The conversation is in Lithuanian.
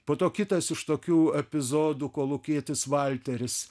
po to kitas iš tokių epizodų kolūkietis valteris